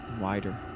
Wider